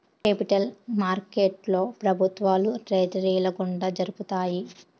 capital మార్కెట్లో ప్రభుత్వాలు ట్రెజరీల గుండా జరుపుతాయి